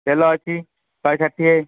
ତେଲ ଅଛି ଶହେ ଷାଠିଏ